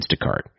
Instacart